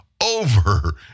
over